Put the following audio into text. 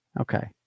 Okay